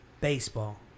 baseball